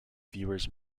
viewers